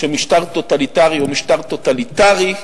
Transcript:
שמשטר טוטליטרי הוא משטר טוטליטרי.